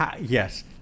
Yes